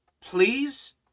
please